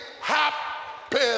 happen